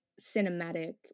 cinematic